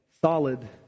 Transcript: solid